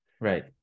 right